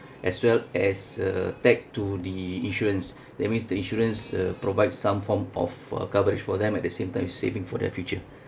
as well as a tag to the insurance that means the insurance uh provide some form of uh coverage for them at the same time saving for their future